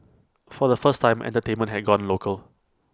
for the first time entertainment had gone local